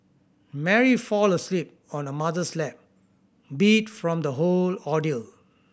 Mary fall asleep on her mother's lap beat from the whole ordeal